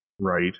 Right